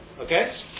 Okay